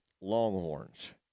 Longhorns